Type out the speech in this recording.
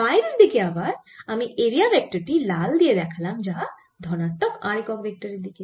বাইরের দিকে আবার আমি এরিয়া ভেক্টর টি লাল দিয়ে দেখালাম যা ধনাত্মক r একক ভেক্টরের দিকে